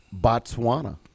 Botswana